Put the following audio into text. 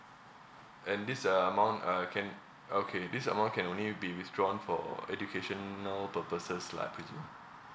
and this uh amount uh can okay this amount can only be withdrawn for educational purposes lah I presume